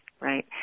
right